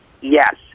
Yes